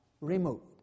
removed